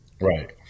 right